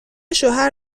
شوهر